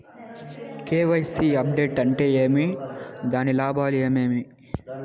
KYC update అంటే ఏమి? దాని లాభాలు ఏమేమి?